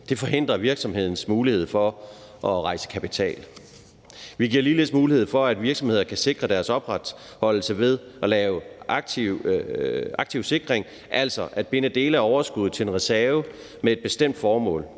det forhindre virksomhedens mulighed for at rejse kapital. Vi giver ligeledes mulighed for, at virksomheder kan sikre deres opretholdelse ved at lave aktiv sikring, altså ved at binde dele af overskuddet til en reserve med et bestemt formål;